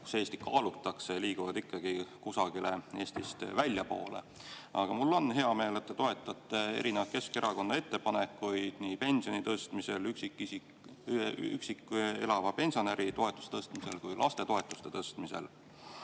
kus Eestit kaalutakse, liiguvad ikkagi kusagile Eestist väljapoole. Aga mul on hea meel, et te toetate erinevaid Keskerakonna ettepanekuid: nii pensioni tõstmist, üksi elava pensionäri toetuse tõstmist kui lastetoetuste tõstmist.